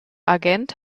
agent